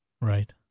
right